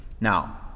Now